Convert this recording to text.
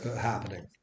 happening